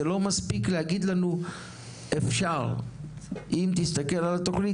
זה לא מספיק להגיד לנו "אפשר; אם תסתכל על התכנית,